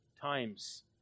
times